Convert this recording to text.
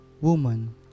Woman